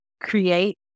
create